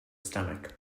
stomach